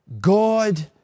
God